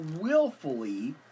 willfully